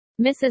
Mrs